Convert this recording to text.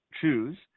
choose